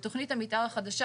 ובתכנית המתאר החדשה,